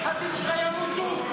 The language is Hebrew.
הנכדים שלך ימותו,